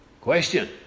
Question